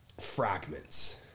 fragments